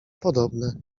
podobne